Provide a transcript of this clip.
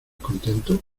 contento